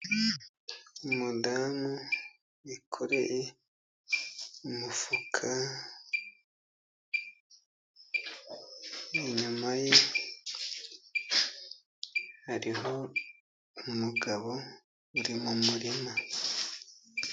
Umudamu yikoreye umufuka, inyuma ye hariho umugabo uri mumurima.